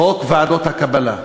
חוק ועדות הקבלה,